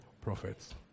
prophets